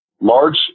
Large